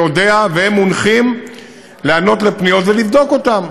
יודע שהם מונחים לענות לפניות ולבדוק אותן.